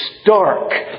stark